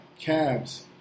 cabs